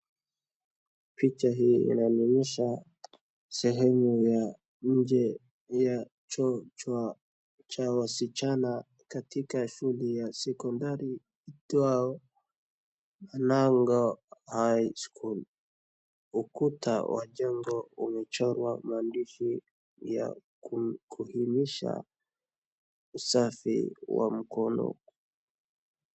Picha hii inanionyesha sehemu ya nje ya choo cha wasichana katika shule ya sekondari iitwayo Lango high school , ukuta wa jengo umechorwa maandishi ya kudumisha usafi wa mkono.